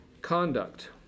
conduct